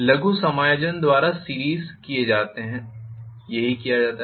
लघु समायोजन सीरीस द्वारा किए जाते हैं यही किया जाता है